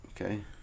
okay